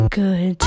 good